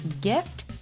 gift